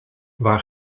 waar